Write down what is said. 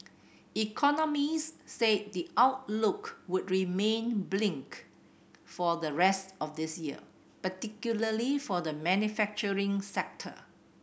economists said the outlook would remain blink for the rest of this year particularly for the manufacturing sector